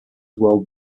world